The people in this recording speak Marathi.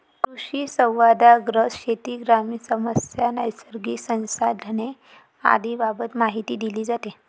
कृषिसंवादांतर्गत शेती, ग्रामीण समस्या, नैसर्गिक संसाधने आदींबाबत माहिती दिली जाते